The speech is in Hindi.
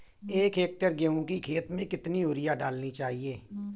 एक हेक्टेयर गेहूँ की खेत में कितनी यूरिया डालनी चाहिए?